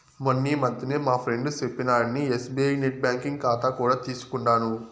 మొన్నీ మధ్యనే మా ఫ్రెండు సెప్పినాడని ఎస్బీఐ నెట్ బ్యాంకింగ్ కాతా కూడా తీసుకుండాను